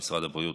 שמשרד הבריאות,